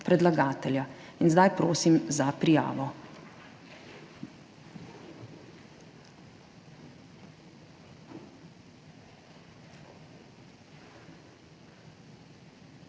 predlagatelja. In zdaj prosim za prijavo.